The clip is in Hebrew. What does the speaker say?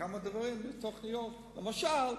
כמה דברים ותוכניות, למשל,